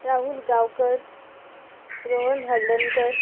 Rahul Gaonkar Rohan Haldankar